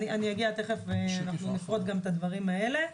בהמשך אני אפרט גם את הדברים האלה.